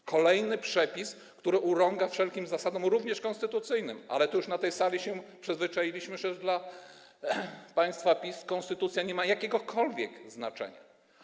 To kolejny przepis, który urąga wszelkim zasadom, również konstytucyjnym, ale na tej sali już się przyzwyczailiśmy, że dla państwa PiS konstytucja nie ma jakiegokolwiek znaczenia.